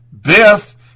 Biff